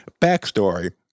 backstory